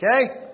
Okay